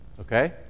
Okay